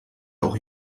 auch